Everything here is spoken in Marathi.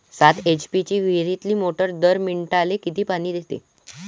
सात एच.पी ची विहिरीतली मोटार दर मिनटाले किती पानी देते?